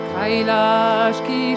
Kailashki